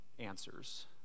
answers